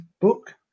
book